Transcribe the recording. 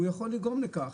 הוא יכול לגרום לכך,